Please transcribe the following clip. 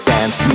Dance